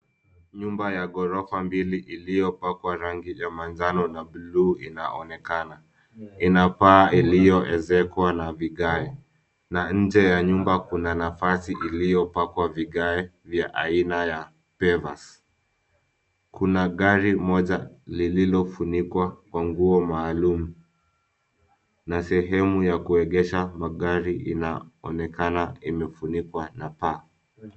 Nyumba ya ghorofa mbili iliyopakwa rangi ya manjano na blue inaonekana. Ina paa lililo ezekwa na vigae. Na nje ya nyumba kuna nafasi iliyopakwa vigae vya aina ya pavers. Kuna gari moja lililofunikwa kwa nguo maalum na sehemu ya kuegesha magari inaonekana imefunikwa na paa.